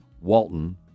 Walton